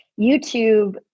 YouTube